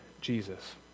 Jesus